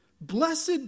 Blessed